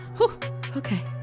okay